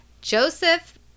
Joseph